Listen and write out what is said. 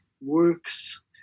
works